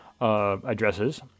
Addresses